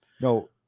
No